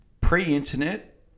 Pre-internet